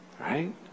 right